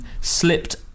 slipped